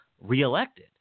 reelected